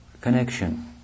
connection